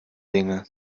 dinge